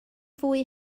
fwy